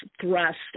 thrust